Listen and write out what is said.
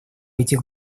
этих